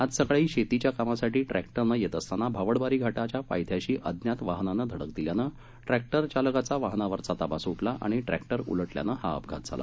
आज सकाळी शेतीच्या कामासाठी ट्रॅक्टरनं येत असताना भावडबारी घाटाच्या पायथ्याशी अज्ञात वाहनानं धडक दिल्यानं ट्रॅक्टर चालकाचा वाहनावरील ताबा सुटला आणि ट्रॅक्टर उलटल्यानं हा अपघात झाला